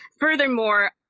Furthermore